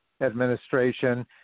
administration